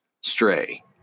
Stray